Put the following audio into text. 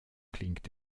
klingt